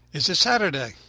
is a saturday.